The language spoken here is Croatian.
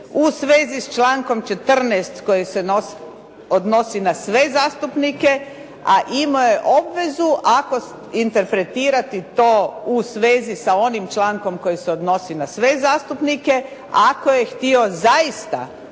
u svezi s člankom 14. koji se odnosi na sve zastupnike, a imao je obvezu interpretirati to u svezi sa onim člankom koji se odnosi na sve zastupnike ako je htio zaista